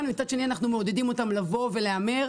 ומצד שני אנחנו מעודדים אותם לבוא ולהמר.